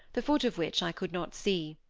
the foot of which i could not see.